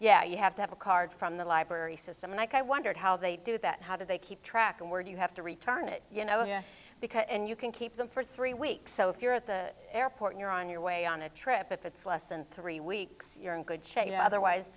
yeah you have to have a card from the library system and i wondered how they do that how do they keep track and where do you have to return it you know yes because you can keep them for three weeks so if you're at the airport you're on your way on a trip if it's less than three weeks you're in good shape otherwise